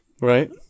right